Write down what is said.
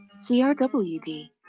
CRWD